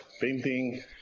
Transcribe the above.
painting